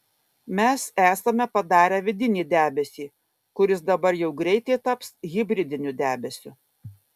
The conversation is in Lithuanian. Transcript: mes esame padarę vidinį debesį kuris dabar jau greitai taps hibridiniu debesiu